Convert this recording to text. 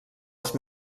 els